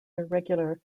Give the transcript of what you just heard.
irregular